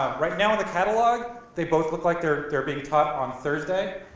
right now in the catalog, they both look like they're they're being taught on thursday.